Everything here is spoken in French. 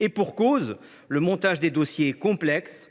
Et pour cause : le montage des dossiers est complexe,